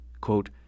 quote